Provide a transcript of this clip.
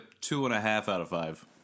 two-and-a-half-out-of-five